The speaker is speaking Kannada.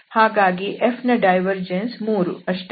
ಹಾಗಾಗಿ Fನ ಡೈವರ್ಜೆನ್ಸ್ 3 ಅಷ್ಟೇ